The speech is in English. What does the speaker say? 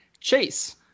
Chase